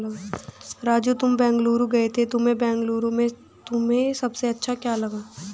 राजू तुम बेंगलुरु गए थे बेंगलुरु में तुम्हें सबसे अच्छा क्या लगा?